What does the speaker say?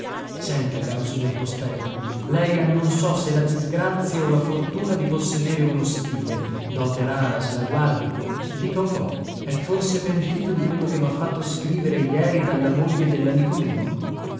senta caro signor postella lei ha non so se la disgrazia o la fortuna di possedere uno stile dote rara se la guardi dica un po è forse pentito di quello che m'ha fatto scrivere jeri dalla moglie dell'amico mio